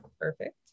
Perfect